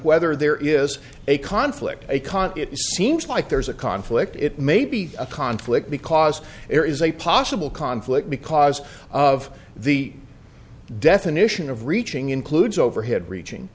whether there is a conflict a con to it seems like there's a conflict it may be a conflict because there is a possible conflict because of the definition of reaching includes overhead reaching